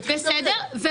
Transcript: בסדר.